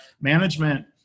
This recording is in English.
management